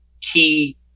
key